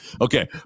Okay